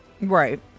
Right